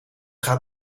gaat